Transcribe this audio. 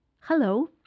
Hello